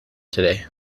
today